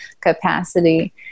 capacity